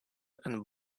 and